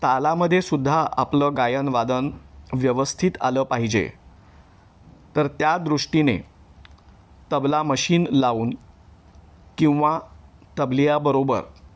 तालामध्ये सुद्धा आपलं गायन वादन व्यवस्थित आलं पाहिजे तर त्या दृष्टीने तबला मशीन लावून किंवा तबलियाबरोबर